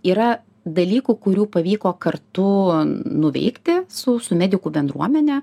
yra dalykų kurių pavyko kartu nuveikti su su medikų bendruomene